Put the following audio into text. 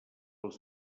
els